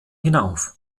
hinauf